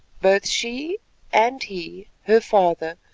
both she and he, her father,